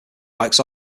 bikes